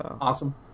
Awesome